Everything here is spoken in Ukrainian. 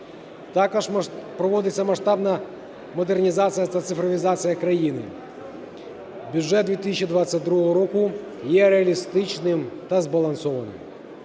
Також проводиться масштабна модернізація та цифровізація країни. Бюджет 2022 року є реалістичним та збалансованим.